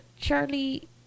Charlie